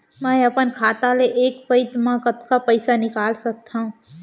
मैं अपन खाता ले एक पइत मा कतका पइसा निकाल सकत हव?